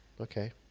Okay